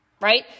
Right